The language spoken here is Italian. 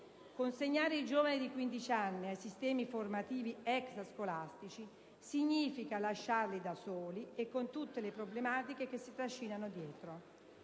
Consegnare i giovani di 15 anni ai sistemi formativi extrascolastici significa lasciarli da soli e con tutte le problematiche che si trascinano dietro.